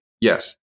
Yes